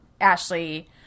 Ashley